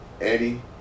Eddie